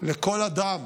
לכל אדם